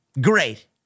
Great